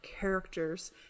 characters